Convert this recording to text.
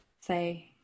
Say